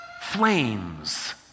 Flames